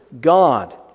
God